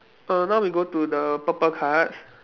err now we go to the purple cards